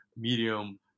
Medium